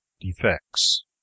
defects